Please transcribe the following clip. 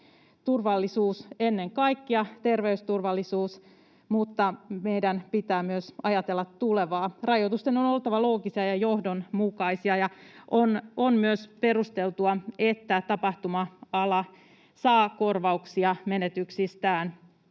Turvallisuus ennen kaikkea, terveysturvallisuus, mutta meidän pitää myös ajatella tulevaa. Rajoitusten on oltava loogisia ja johdonmukaisia, ja on myös perusteltua, että tapahtuma-ala saa korvauksia menetyksistään.